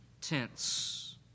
tense